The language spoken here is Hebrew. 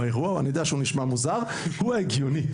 על אף שאני יודע שזה נשמע מוזר אבל זה החלק ההגיוני.